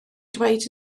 dweud